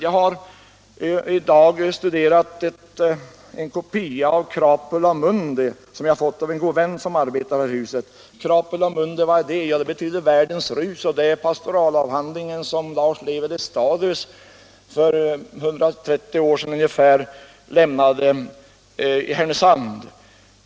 Jag har i dag studerat en kopia av Crapula mundi, som jag har fått av en god vän som arbetar här i huset. Crapula mundi betyder ” Världens rus”, och det är pastoralavhandlingen som Lars Levi Lestadius för ungefär 130 år sedan lämnade i Härnösand.